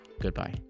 Goodbye